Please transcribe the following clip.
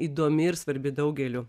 įdomi ir svarbi daugeliu